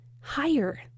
higher